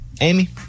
Amy